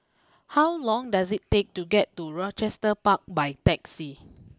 how long does it take to get to Rochester Park by taxi